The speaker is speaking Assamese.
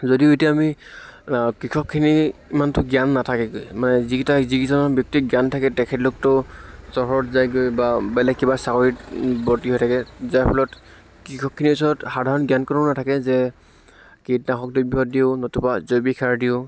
যদিও এতিয়া আমি কৃষকখিনি ইমানটো জ্ঞান নাথাকেগৈ মানে যিগিটাই যিকেইজন ব্য়ক্তিৰ জ্ঞান থাকে তেখেতলোকতো চহৰত যায়গৈ বা বেলেগ কিবা চাকৰিত বৰ্তি হৈ থাকে যাৰ ফলত কৃষকখিনিৰ ওচৰত সাধাৰণ জ্ঞানকণো নাথাকে যে কীটনাশক দ্ৰব্য় দিওঁ নতুবা জৈৱিক সাৰ দিওঁ